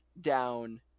down